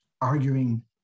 arguing